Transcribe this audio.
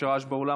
יש רעש באולם,